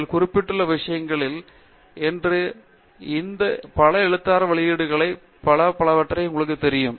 நீங்கள் குறிப்பிட்டுள்ள விஷயங்களில் ஒன்று இந்த பல எழுத்தாளர் வெளியீடுகள் மற்றும் பலவற்றை உங்களுக்குத் தெரியும்